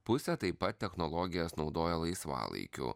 pusė taip pat technologijas naudoja laisvalaikiu